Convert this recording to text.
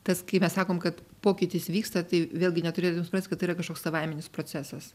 tas kaip mes sakom kad pokytis vyksta tai vėlgi neturėtumėm suprast kad tai yra kažkoks savaiminis procesas